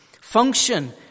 Function